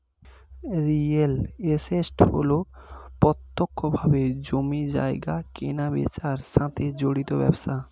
real estate হল প্রত্যক্ষভাবে জমি জায়গা কেনাবেচার সাথে জড়িত ব্যবসা